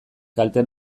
kalte